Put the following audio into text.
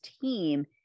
team